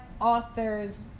authors